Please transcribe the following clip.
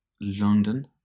London